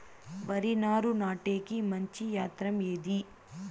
వరి నారు నాటేకి మంచి యంత్రం ఏది?